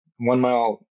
one-mile